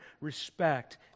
respect